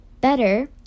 better